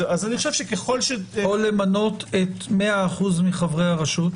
או למנות 100% מחברי הרשות.